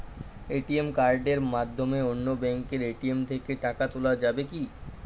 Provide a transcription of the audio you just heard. ATM কার্ডের মাধ্যমে অন্য ব্যাঙ্কের এ.টি.এম থেকে টাকা তোলা যাবে কি?